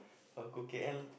[wah] go K_L